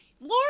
Lord